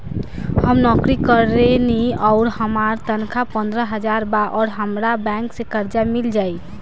हम नौकरी करेनी आउर हमार तनख़ाह पंद्रह हज़ार बा और हमरा बैंक से कर्जा मिल जायी?